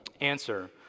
Answer